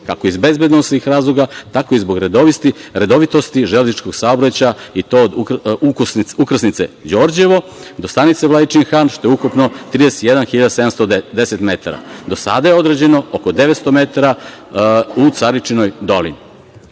kako iz bezbednosnih razloga, tako i zbog redovitosti železničkog saobraćaja, i to od ukrsnice Đorđevo do stanice Vladičin Han, što je ukupno 31.710 metara. Do sada je odrađeno oko 900 metara u Caričinoj